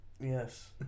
Yes